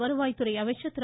வருவாய்துறை அமைச்சர் திரு